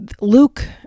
Luke